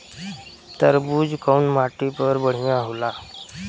तरबूज कउन माटी पर बढ़ीया होला?